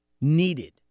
needed